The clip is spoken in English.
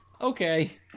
Okay